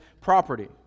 property